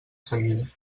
seguida